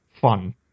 fun